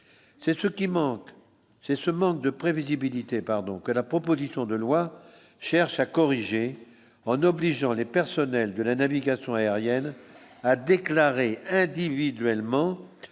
c'est ce manque de prévisibilité pardon que la proposition de loi cherche à corriger en obligeant les personnels de la navigation aérienne, a déclaré individuellement